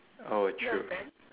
oh true